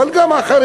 אבל גם החרדים.